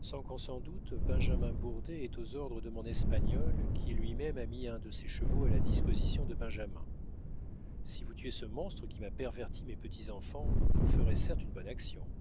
sans qu'on s'en doute benjamin bourdet est aux ordres de mon espagnol qui lui-même a mis un de ses chevaux à la disposition de benjamin si vous tuez ce monstre qui m'a perverti mes petits-enfants vous ferez certes une bonne action